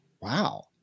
wow